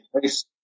place